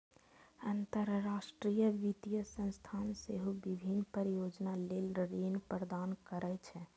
अंतरराष्ट्रीय वित्तीय संस्थान सेहो विभिन्न परियोजना लेल ऋण प्रदान करै छै